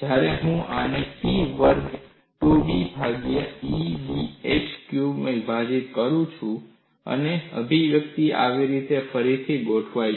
ત્યારે હું આને P 24 વર્ગ 2B ભાગ્યા EB h ક્યુબમાં વિભાજીત કરું છું અને અભિવ્યક્તિ આ રીતમાં ફરીથી ગોઠવાય છે